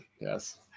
Yes